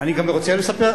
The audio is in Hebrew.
אני רוצה לספר,